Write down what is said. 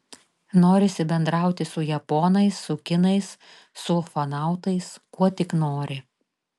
norisi bendrauti su japonais su kinais su ufonautais kuo tik nori